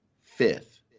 Fifth